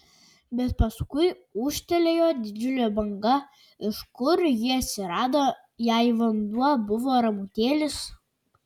bet paskui ūžtelėjo didžiulė banga iš kur ji atsirado jei vanduo buvo ramutėlis